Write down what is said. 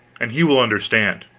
and he will understand.